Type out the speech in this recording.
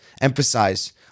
emphasize